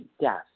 death